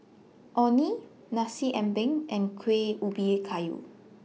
Orh Nee Nasi Ambeng and Kueh Ubi Kayu